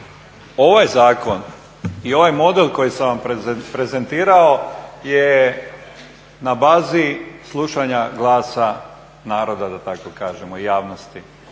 Ovaj zakon i ovaj model koji sam vam prezentirao je na bazi slušanja glasa naroda da tako kažemo i javnosti,